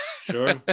sure